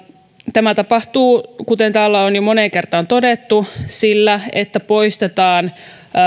tämä tapahtuu kuten täällä on jo moneen kertaan todettu niin että poistetaan